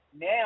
Now